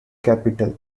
capital